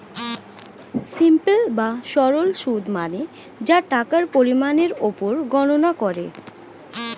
simple বা সরল সুদ মানে যা টাকার পরিমাণের উপর গণনা করে